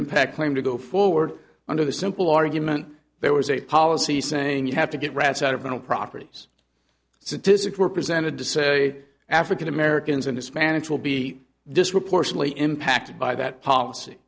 impact claim to go forward under the simple argument there was a policy saying you have to get rats out of the properties statistics were presented to say african americans and hispanics will be disproportionately impacted by that policy